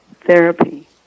Therapy